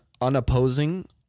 unopposing